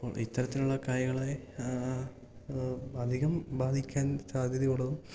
ഇത്തരത്തിലുള്ള കായകളെ അധികം ബാധിക്കാൻ സാധ്യതയുള്ളതും